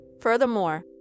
Furthermore